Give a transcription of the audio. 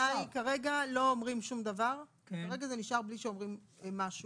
כרגע זה נשאר בלי להגיד שום דבר בעניין הזה.